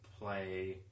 Play